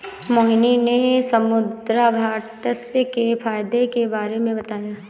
मोहिनी ने समुद्रघास्य के फ़ायदे के बारे में बताया